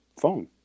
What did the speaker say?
phone